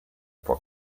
può